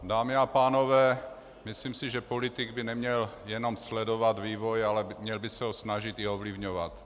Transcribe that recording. Dámy a pánové, myslím si, že politik by neměl jenom sledovat vývoj, ale měl by se ho snažit i ovlivňovat.